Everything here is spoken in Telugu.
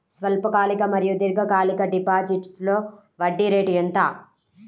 స్వల్పకాలిక మరియు దీర్ఘకాలిక డిపోజిట్స్లో వడ్డీ రేటు ఎంత?